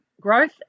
growth